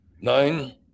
nine